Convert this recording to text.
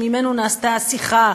שממנו נעשתה השיחה הזאת,